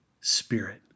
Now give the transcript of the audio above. Spirit